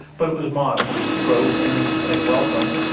but it was modest growth and and welcome,